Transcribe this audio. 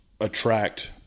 attract